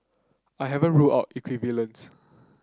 I haven't ruled out equivalence